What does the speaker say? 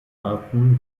arten